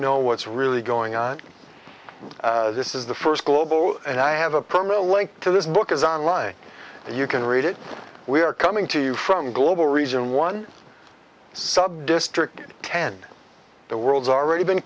know what's really going on this is the first global and i have a permit a link to this book is on line and you can read it we are coming to you from global region one subdistrict ten the world's already been